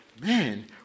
man